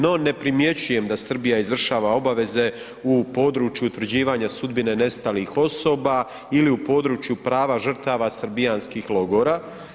No ne primjećujem da Srbija izvršava obaveze u području utvrđivanja sudbine nestalih osoba ili u području prava žrtava srbijanskih logora.